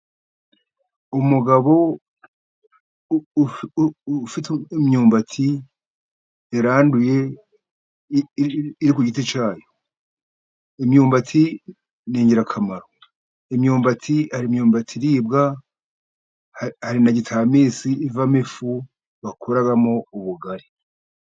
Umugabo ufite imyumbati yaranduye iri ku giti cya yo. Imyumbati ni ingirakamaro, imyumbati hari imyumbati iribwa, na gitamisi ivamo ifu bakuramo ubugari.